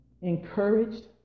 encouraged